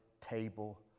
table